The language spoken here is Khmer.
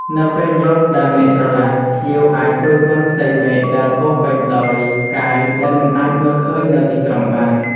នៅពេលយប់ដែលមេឃស្រឡះ ភ្ញៀវអាចគយគន់ផ្ទៃមេឃដែលពោរពេញដោយផ្កាយដែលមិនអាចមើលឃើញនៅទីក្រុងបាន។